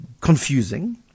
confusing